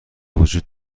وجود